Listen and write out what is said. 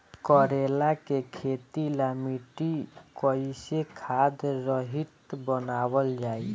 करेला के खेती ला मिट्टी कइसे खाद्य रहित बनावल जाई?